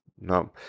No